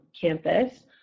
campus